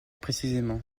précisément